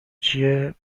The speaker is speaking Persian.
چیه